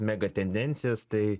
megatendencijas tai